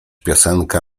piosenka